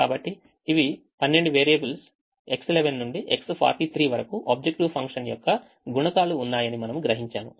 కాబట్టి ఇవి 12 variables X11 నుండి X43 వరకు ఆబ్జెక్టివ్ ఫంక్షన్ యొక్క గుణకాలు ఉన్నాయని మనము గ్రహించాము